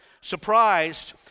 Surprised